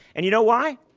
and you know why?